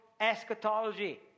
eschatology